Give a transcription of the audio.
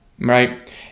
right